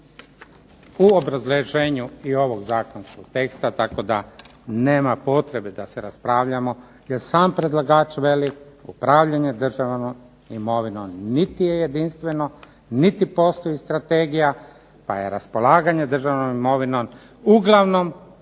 u obrazloženju i ovog zakonskog teksta tako da nema potrebe da se raspravljamo jer sam predlagač veli upravljanje državnom imovinom niti je jedinstveno, niti postoji strategija pa je raspolaganje državnom imovinom uglavnom